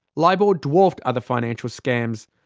libor dwarfed other financial scams.